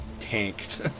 tanked